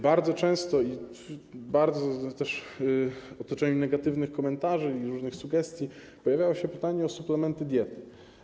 Bardzo często i w otoczeniu negatywnych komentarzy i różnych sugestii pojawiało się pytanie o suplementy diety.